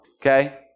Okay